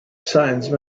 science